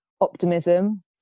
optimism